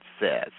says